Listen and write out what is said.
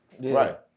right